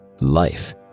life